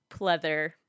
pleather